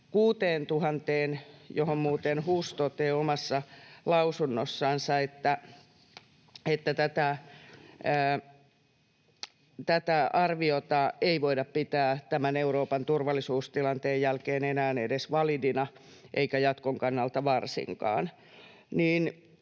3 000—6 000 — mihin muuten HUS toteaa omassa lausunnossansa, että tätä arviota ei voida pitää tämän Euroopan turvallisuustilanteen jälkeen enää edes validina eikä varsinkaan